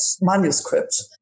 manuscript